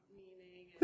meaning